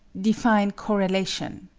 define correlation.